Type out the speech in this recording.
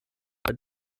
bei